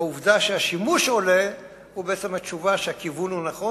העובדה שהשימוש עולה היא בעצם התשובה שהכיוון הוא נכון.